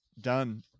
done